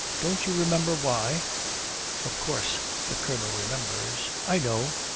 don't you remember why of course the colonel remembers. i know!